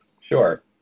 Sure